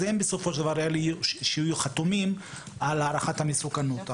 אז הם בסופו של דבר יהיו חתומים על הערכת המסוכנות.